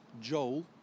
Joel